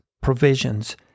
provisions